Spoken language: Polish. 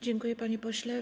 Dziękuję, panie pośle.